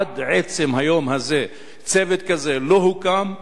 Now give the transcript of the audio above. עד עצם היום הזה צוות כזה לא הוקם,